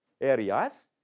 areas